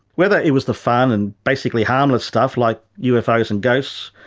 whether it was the fun and basically harmless stuff like ufos and ghosts,